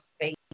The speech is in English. space